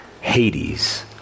Hades